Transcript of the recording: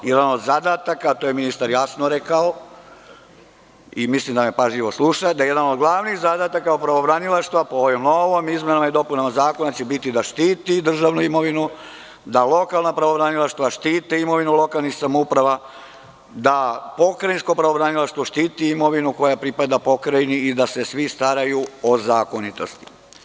Jedan od zadataka, to je ministar jasno rekao, i mislim da me pažljivo sluša, da jedan od glavnih zadataka pravobranilaštva, po ovim novim izmenama i dopunama će biti da štit državnu imovinu, da lokalna pravobranilaštva štite imovinu lokalnih samouprava, da pokrajinsko pravobranilaštvo štiti imovinu koja pripada pokrajini i da se svi staraju o zakonitosti.